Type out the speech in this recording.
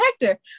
Hector